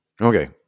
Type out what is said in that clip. Okay